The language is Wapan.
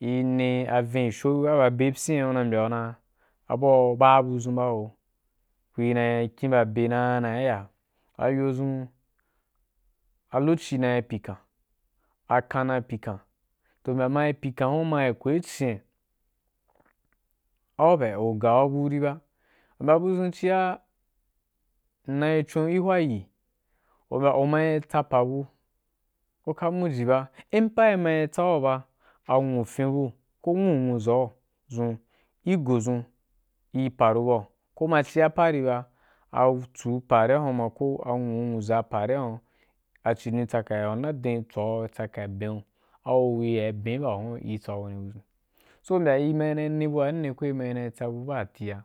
ne avensho wa ba be pyina abua ku baa budʒun ba o ku nai kyen ba be na na yaya ayo dʒun a lokaci nau pikan a kan na pikan toh mai pikan hun ma ko l cina an pa u gau buu di u mbya budʒun cia m nai coni hwayi u mai tsa apa bu uka moji ba in pai mal tsalba a nwufun bu koh nwuu nwuʒau dʒun i go dʒun i paru bau ko ma cia apa gi re ba a tsuu pari wa huan koh a nwuu nwuʒau pari a huan a cidon tsaka wa nar don tsaka tswai tsaka ben’u au ri ya ben i bahun i tsan wai budʒun tia